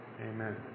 Amen